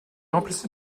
remplacé